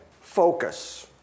focus